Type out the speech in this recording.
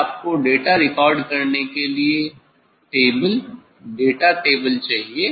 फिर आपको data record करने के लिए टेबल डेटा टेबल चाहिए